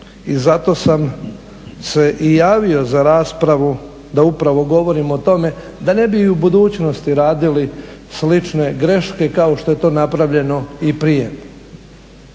I zato sam se i javio za raspravu da upravo govorim o tome da ne bi i u budućnosti radili slične greške kao što je to napravljeno i prije.